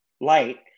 light